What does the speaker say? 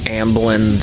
ambling